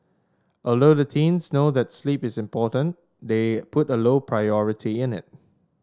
although the teens know that sleep is important they put a low priority in it